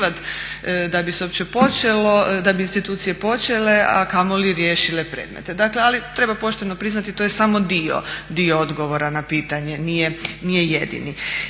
da bi se uopće počelo, da bi institucije počele a kamoli riješile predmete. Dakle, ali treba pošteno priznati to je samo dio odgovora na pitanje, nije jedini.